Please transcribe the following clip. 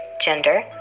gender